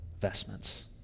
vestments